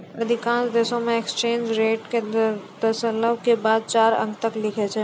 अधिकांश देशों मे एक्सचेंज रेट के दशमलव के बाद चार अंक तक लिखै छै